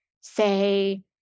say